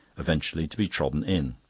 eventually to be trodden in.